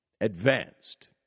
advanced